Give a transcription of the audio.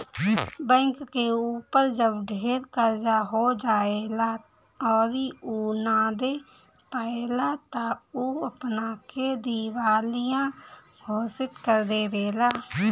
bank के ऊपर जब ढेर कर्जा हो जाएला अउरी उ ना दे पाएला त उ अपना के दिवालिया घोषित कर देवेला